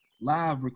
live